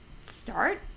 start